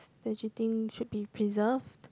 that you think should be preserved